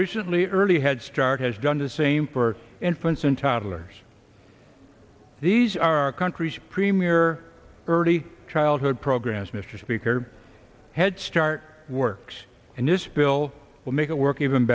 recently early head start has done the same for infants and toddlers these are our country's premier early childhood programs mr speaker headstart works and this bill will make it work even